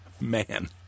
Man